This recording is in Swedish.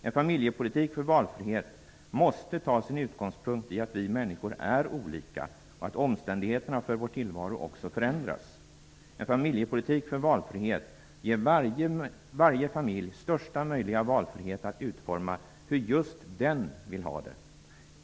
En familjepolitik för valfrihet måste ta sin utgångspunkt i att vi människor är olika och att omständigheterna för vår tillvaro också förändras. En familjepolitik för valfrihet ger varje familj största möjliga valfrihet att utforma hur just den vill ha det.